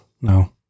no